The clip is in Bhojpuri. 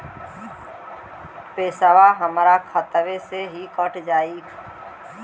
पेसावा हमरा खतवे से ही कट जाई?